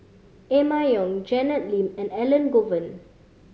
Emma Yong Janet Lim and Elangovan